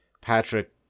Patrick